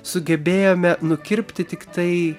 sugebėjome nukirpti tiktai